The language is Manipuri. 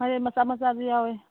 ꯃꯥꯏꯔꯦꯟ ꯃꯆꯥ ꯃꯆꯥꯁꯨ ꯌꯥꯎꯋꯦ